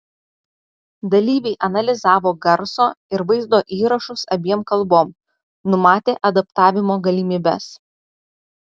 dalyviai analizavo garso ir vaizdo įrašus abiem kalbom numatė adaptavimo galimybes